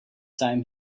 time